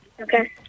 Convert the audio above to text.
Okay